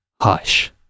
hush